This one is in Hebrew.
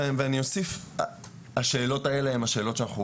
ואני אוסיף שהשאלות האלה הן השאלות שאנחנו